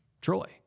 Troy